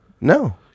No